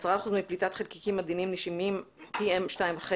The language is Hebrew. ו-10% מפליטת חלקיקים עדינים נשימים M2.5